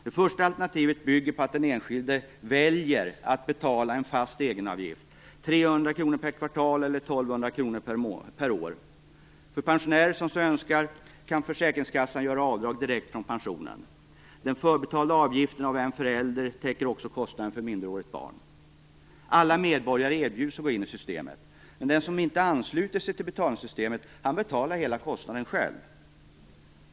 Det första alternativet bygger på att den enskilde väljer att betala en fast egenavgift - 300 kr per kvartal eller 1 200 kr per år. För pensionärer som så önskar kan försäkringskassan göra avdrag direkt från pensionen. Den förinbetalade avgiften av en förälder täcker också kostnad för minderårigt barn. Alla medborgare erbjuds att gå in i systemet. Den som inte anslutit sig till betalningssystemet betalar hela läkemedelskostnaden själv.